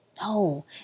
No